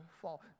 fall